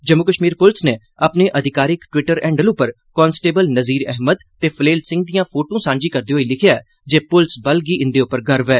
जम्मू कश्मीर पुलस नै अपने अधिकारिक टिवट्र हैंडल उप्पर कांस्टेबल नज़ीर अहमद ते फलेल सिंह दिआं फोटूं सांझी करदे होई लिक्खेआ ऐ जे पुलस बल गी इंदे उप्पर गर्व ऐ